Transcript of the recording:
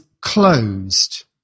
closed